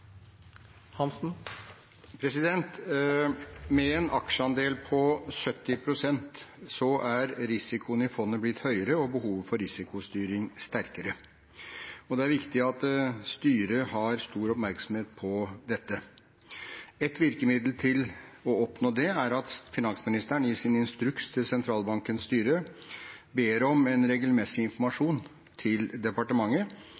risikoen i fondet blitt høyere og behovet for risikostyring sterkere. Det er viktig at styret har stor oppmerksomhet på dette. Ett virkemiddel for å oppnå det er at finansministeren i sin instruks til sentralbankens styre ber om en regelmessig informasjon til departementet